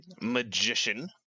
magician